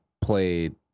played